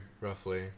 roughly